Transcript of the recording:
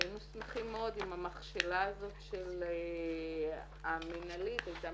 היינו שמחים מאוד אם המכשלה המנהלית הייתה